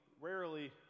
rarely